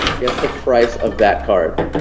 guess the price of that card?